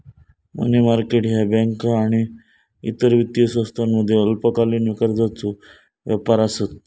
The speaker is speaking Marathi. मनी मार्केट ह्या बँका आणि इतर वित्तीय संस्थांमधील अल्पकालीन कर्जाचो व्यापार आसत